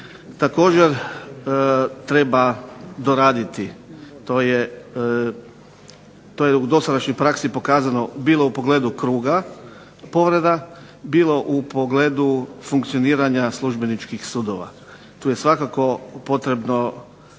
također treba doraditi. To je u dosadašnjoj praksi pokazano bilo u pogledu kruga povreda, bilo u pogledu funkcioniranja službeničkih sudova. Tu je svakako potrebno